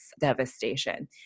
devastation